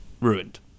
ruined